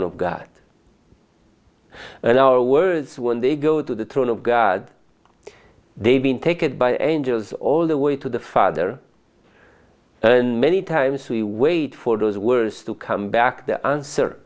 of god and our words when they go to the throne of god they've been taken by angels all the way to the father and many times we wait for those words to come back to answer